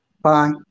Bye